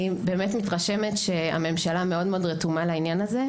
אני מתרשמת שהממשלה מאוד רתומה לכך,